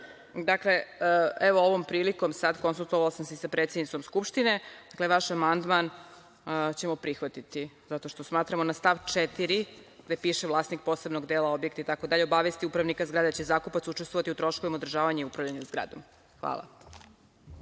o članu 41. Ovom prilikom sada, konsultovala sam se i sa predsednicom Skupštine. Dakle, vaš amandman ćemo prihvatiti, zato što smatramo na stav 4. gde piše – vlasnik posebnog dela objekta, itd, obavesti upravnika zgrade da će zakupac učestvovati u troškovima održavanja i upravljanja zgradom. Hvala.